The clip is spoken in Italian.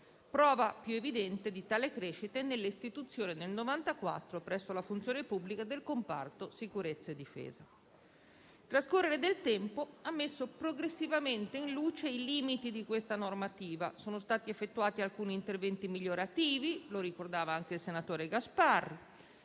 Prova più evidente di tale crescita è l'istituzione nel 1994, presso il Dipartimento della funzione pubblica, del comparto sicurezza-difesa. Il trascorrere del tempo ha messo progressivamente in luce i limiti di questa normativa. Sono stati effettuati alcuni interventi migliorativi - come ricordava anche il senatore Gasparri